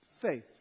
faith